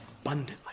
abundantly